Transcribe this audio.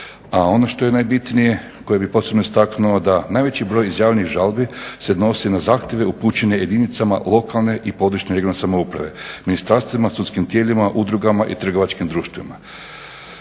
A ono što je najbitnije koje bih posebno istaknuo da najveći broj izjavljenih žalbi se odnosi na zahtjeve upućene jedinicama lokalne i područne i regionalne samouprave, ministarstvima, sudskim tijelima, udrugama i trgovačkim društvima,